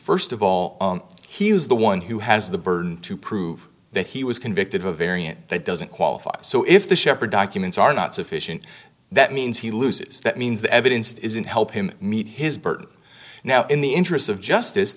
first of all he is the one who has the burden to prove that he was convicted of a variant that doesn't qualify so if the shepherd documents are not sufficient that means he loses that means the evidence isn't help him meet his bird now in the interests of justice t